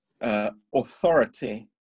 Authority